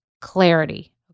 clarity